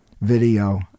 video